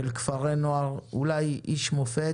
של כפרי נוער, איש מופת